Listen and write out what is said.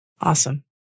Awesome